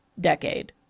decade